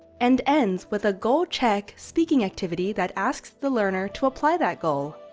and ends with a goal check speaking activity that asks the learner to apply that goal.